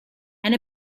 and